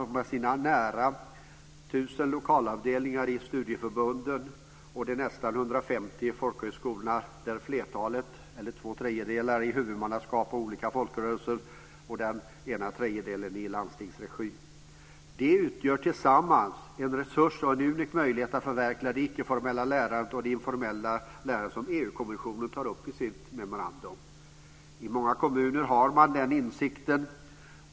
Studieförbunden har nära 1 000 lokalavdelningar och det finns nästan 150 folkhögskolor där flertalet, eller två tredjedelar, har olika folkrörelser som huvudmän och den återstående tredjedelen drivs i landstingsregi. De utgör tillsammans en resurs och en unik möjlighet att förverkliga det icke formella lärandet, det informella lärande som EU-kommissionen tar upp i sitt memorandum. I många kommuner har man denna insikt.